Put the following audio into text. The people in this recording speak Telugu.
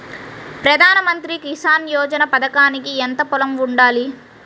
ప్రధాన మంత్రి కిసాన్ యోజన పథకానికి ఎంత పొలం ఉండాలి?